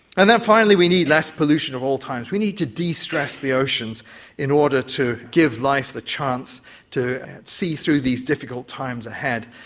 and then finally we need less pollution of all types, we need to de-stress the oceans in order to give life the chance to see through these difficult times ahead.